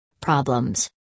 Problems